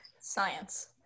Science